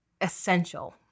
essential